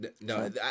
no